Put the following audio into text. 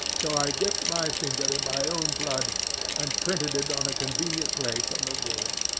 so i dipped my finger in my own blood and printed it on a convenient place on the wall.